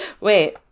Wait